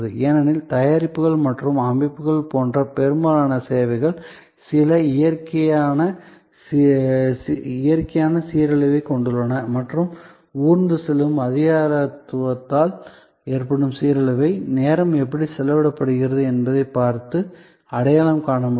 ஏனெனில் தயாரிப்புகள் அல்லது அமைப்புகள் போன்ற பெரும்பாலான சேவைகள் சில இயற்கையான சீரழிவைக் கொண்டுள்ளன மற்றும் ஊர்ந்து செல்லும் அதிகாரத்துவத்தால் ஏற்படும் சீரழிவை நேரம் எப்படி செலவிடப்படுகிறது என்பதைப் பார்த்து அடையாளம் காண முடியும்